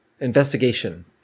Investigation